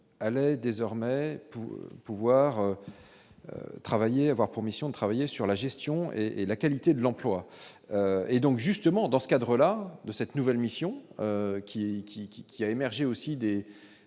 allaient désormais pouvoir. Travailler, avoir pour mission de travailler sur la gestion et et la qualité de l'emploi et donc justement dans ce cadre-là, de cette nouvelle mission qui qui qui qui a émergé aussi des